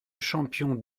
champion